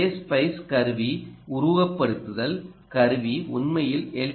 அதே ஸ்பைஸ் கருவி உருவகப்படுத்துதல் கருவி உண்மையில் எல்